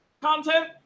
content